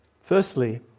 Firstly